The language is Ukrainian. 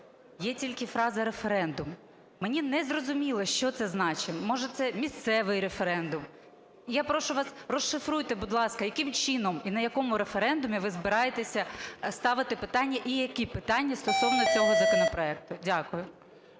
є тільки фраза "референдум". Мені незрозуміло, що це значить, може, це місцевий референдум. Я прошу вас, розшифруйте, будь ласка, яким чином і на якому референдумі ви збираєтеся ставити питання і які питання стосовно цього законопроекту. Дякую.